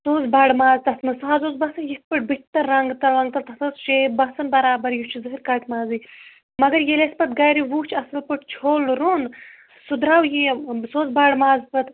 سُہ اوس بَڑٕ ماز تَتھ منٛز سُہ حظ اوس باسان یِتھ پٲٹھۍ بُتھہِ تَلہٕ رنگہٕ تلہٕ ونٛگہٕ تلہٕ تَتھ اوس شیپ باسان بَرابر یہِ چھُ زٔہیٚر کَٹہٕ مازٕے مگر ییٚلہِ اسہِ پتہٕ گَرِ وُچھ اصٕل پٲٹھۍ چھوٚل روٚن سُہ دَرٛاو یہِ سُہ اوس بَڑٕ ماز پتہٕ